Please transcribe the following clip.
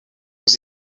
aux